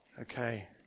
Okay